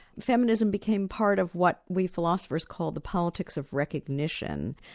feminism became part of what we philosophers call the politics of recognition.